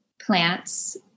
plants